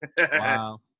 Wow